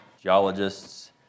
geologists